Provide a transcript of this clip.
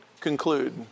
conclude